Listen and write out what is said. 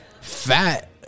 fat